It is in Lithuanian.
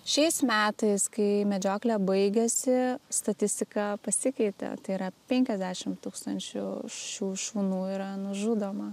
šiais metais kai medžioklė baigėsi statistika pasikeitė tai yra penkiasdešim tūkstančių šių šunų yra nužudoma